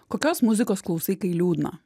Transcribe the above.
kokios muzikos klausai kai liūdna